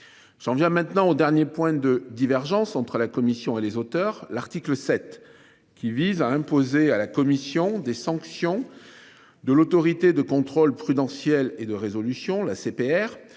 J'en viens maintenant au dernier point de divergence entre la Commission et les auteurs, l'article 7 qui vise à imposer à la commission des sanctions. De l'Autorité de contrôle prudentiel et de résolution l'ACPR